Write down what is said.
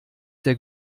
der